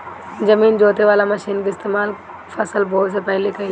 जमीन जोते वाला मशीन के इस्तेमाल फसल बोवे से पहिले कइल जाला